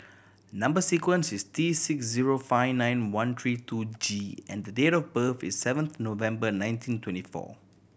number sequence is T six zero five nine one three two G and the date of birth is seventh November nineteen twenty four